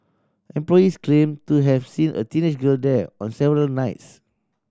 employees claimed to have seen a teenage girl there on several nights